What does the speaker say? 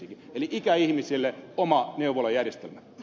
eli ikäihmisille oma neuvolajärjestelmä